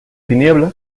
tinieblas